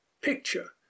picture